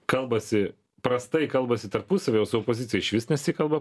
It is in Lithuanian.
kalbasi prastai kalbasi tarpusavyje su opozicija išvis nesikalba